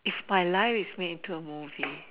if my life is made into a movie